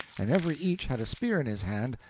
and every each had a spear in his hand,